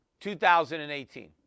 2018